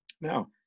Now